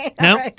No